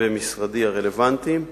הרלוונטיים במשרדי,